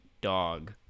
Dog